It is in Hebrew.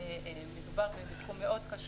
מדובר בתחום מאוד חשוב,